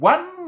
One